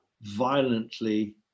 violently